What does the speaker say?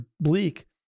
bleak